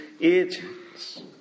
agents